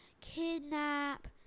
kidnap